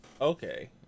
Okay